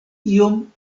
iom